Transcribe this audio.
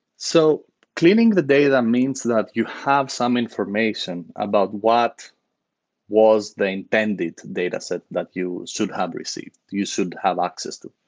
so cleaning the data means that you have some information about what was the intended dataset that you should have received, you should have access to?